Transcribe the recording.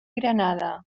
granada